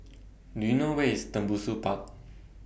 Do YOU know Where IS Tembusu Park